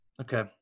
okay